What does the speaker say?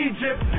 Egypt